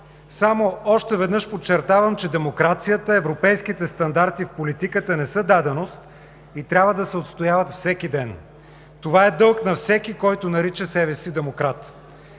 само още веднъж подчертавам, че демокрацията, европейските стандарти в политиката не са даденост и трябва да се отстояват всеки ден. Това е дълг на всеки, който нарича себе си „демократ“.